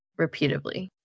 repeatably